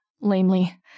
lamely